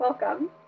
Welcome